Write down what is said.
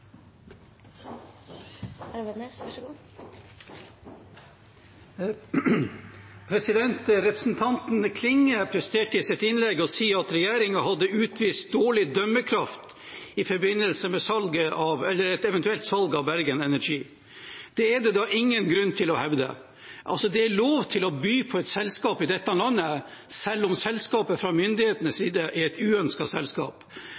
Representanten Klinge presterte i sitt innlegg å si at regjeringen hadde utvist dårlig dømmekraft i forbindelse med et eventuelt salg av Bergen Engines. Det er det ingen grunn til å hevde. Det er lov til å by på et selskap i dette landet, selv om det fra myndighetenes